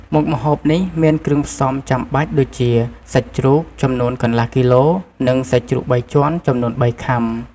មុខម្ហូបនេះមានគ្រឿងផ្សំចាំបាច់ដូចជា សាច់ជ្រូក ចំនួន កន្លះគីឡូ និងសាច់ជ្រូកបីជាន់ចំនួន បីខាំ។